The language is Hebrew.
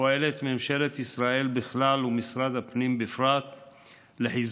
פועלת ממשלת ישראל בכלל ומשרד הפנים בפרט לחיזוק